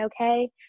okay